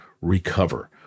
recover